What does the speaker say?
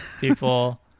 people